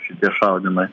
šitie šaudymai